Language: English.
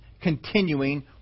continuing